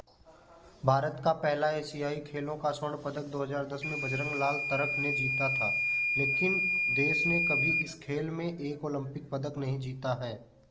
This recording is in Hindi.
भारत का पहला एशियाई खेलों का स्वर्ण पदक दो हज़ार दस में बजरंग लाल तरख ने जीता था लेकिन देश ने कभी इस खेल में एक ओलंपिक पदक नहीं जीता है